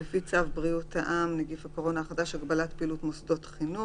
לפי צו בריאות העם (נגיף הקורונה החדש) (הגבלת פעילות מוסדות חינוך),